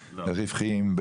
רווחיים,